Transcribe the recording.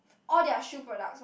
all their shoe products